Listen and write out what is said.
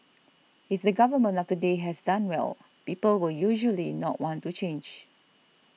if the government of the day has done well people will usually not want to change